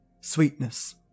sweetness